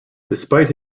despite